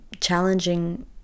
challenging